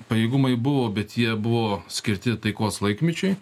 pajėgumai buvo bet jie buvo skirti taikos laikmečiui